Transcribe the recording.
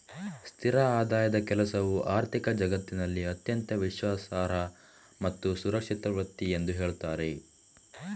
ಸ್ಥಿರ ಆದಾಯದ ಕೆಲಸವು ಆರ್ಥಿಕ ಜಗತ್ತಿನಲ್ಲಿ ಅತ್ಯಂತ ವಿಶ್ವಾಸಾರ್ಹ ಮತ್ತು ಸುರಕ್ಷಿತ ವೃತ್ತಿ ಅಂತ ಹೇಳ್ತಾರೆ